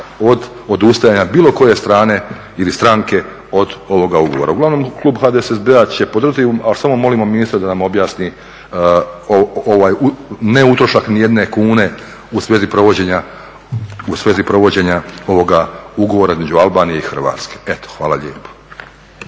odustajanja bilo koje strane ili stranke od ovoga ugovora. Uglavnom klub HDSSB-a će podržati ali samo molimo ministra da nam objasni ovaj neutrošak nijedne kune u svezi provođenja ovoga ugovora između Albanije i Hrvatske. Eto, hvala lijepo.